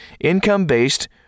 Income-based